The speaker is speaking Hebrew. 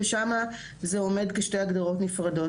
ושם זה עומד כשתי הגדרות נפרדות.